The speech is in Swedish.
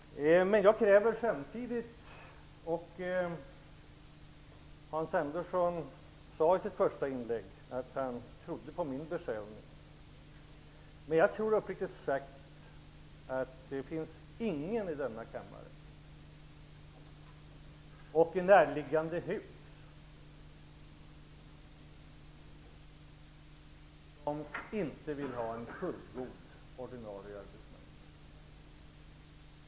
Men jag ställer också krav. Hans Andersson sade i sitt första inlägg att han trodde på att jag är besjälad. Jag tror uppriktigt sagt inte att det finns någon i denna kammare och i närliggande hus som inte vill ha en fullgod ordinarie arbetsmarknad.